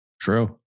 True